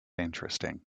interesting